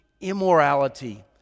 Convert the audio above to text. immorality